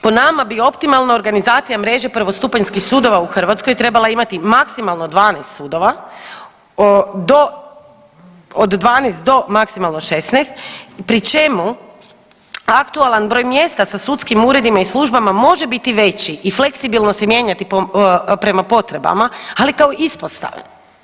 Po nama bi optimalna organizacija mreže prvostupanjskih sudova u Hrvatskoj trebala imati maksimalno 12 sudova do, od 12 do maksimalno 16 pri čemu aktualan broj mjesta sa sudskim uredima i službama može biti veći i fleksibilno se mijenjati prema potrebama, ali kao ispostave.